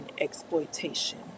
exploitation